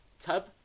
tub